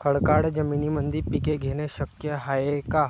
खडकाळ जमीनीमंदी पिके घेणे शक्य हाये का?